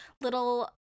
little